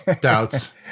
doubts